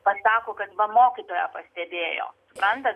pasako kad va mokytoja pastebėjo suprantat